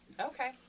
Okay